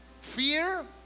Fear